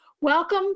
Welcome